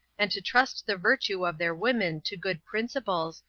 and to trust the virtue of their women to good principles,